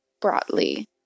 broadly